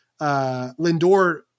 Lindor